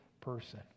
person